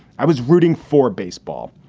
i was rooting for baseball.